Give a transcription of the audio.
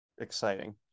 exciting